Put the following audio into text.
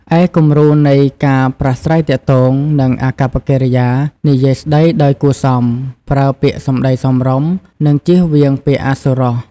ឯគំរូនៃការប្រាស្រ័យទាក់ទង និងអាកប្បកិរិយានិយាយស្ដីដោយគួរសម ប្រើពាក្យសំដីសមរម្យ និងជៀសវាងពាក្យអសុរោះ ។